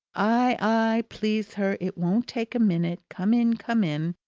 aye, aye! please her! it won't take a minute! come in, come in!